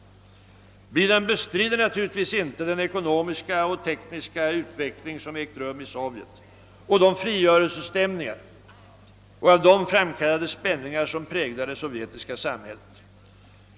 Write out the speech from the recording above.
Beedham bestrider naturligtvis inte den ekonomiska och tekniska utveckling som ägt rum i Sovjet och de frigörelsestämningar och av dem framkallade spänningar som präglar det sovjetiska samhället.